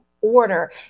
order